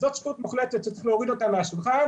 זאת שטות מוחלטת שצריך להוריד אותה מהשולחן.